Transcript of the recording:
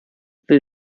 will